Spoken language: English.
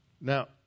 Now